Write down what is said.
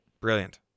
Brilliant